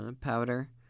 powder